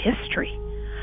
history